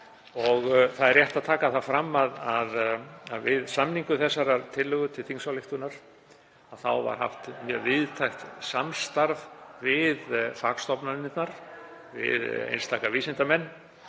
Rétt er að taka það fram að við samningu þessarar tillögu til þingsályktunar var haft mjög víðtækt samstarf við fagstofnanirnar, við einstaka vísindamenn,